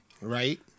Right